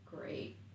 great